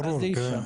ברור.